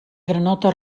granota